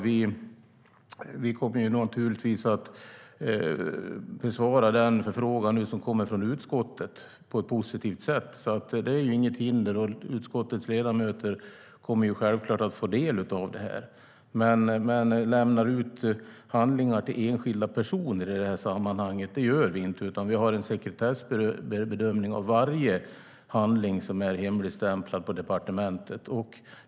Vi kommer naturligtvis att besvara den förfrågan som kommer från utskottet på ett positivt sätt. Det är inget hinder. Utskottets ledamöter kommer självklart att få del av det här. Men vi lämnar inte ut handlingar till enskilda personer i det här sammanhanget, utan vi gör en sekretessbedömning av varje handling som är hemligstämplad på departementet.